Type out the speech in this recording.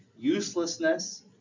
uselessness